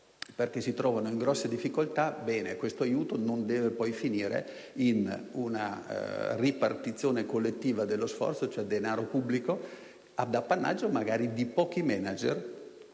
perché si trovano in grosse difficoltà, questo aiuto non deve finire in una ripartizione collettiva dello sforzo, cioè il denaro pubblico non può andare ad appannaggio di pochi manager